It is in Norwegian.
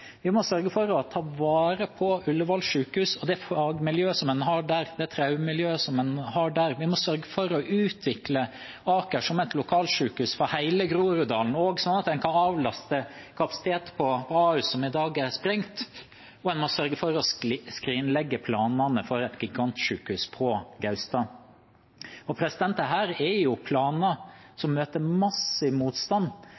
Vi må sørge for å ta vare på Ullevål sykehus og fagmiljøet en har der, det traumemiljøet en har der. Vi må sørge for å utvikle Aker sykehus som et lokalsykehus for hele Groruddalen, sånn at en også kan avlaste kapasitet på Ahus, som i dag er sprengt, og en må sørge for å skrinlegge planene for et gigantsykehus på Gaustad. Dette er planer som møter massiv motstand både fra fagmiljøet, fra dem som er direkte berørt, fra tillitsvalgte og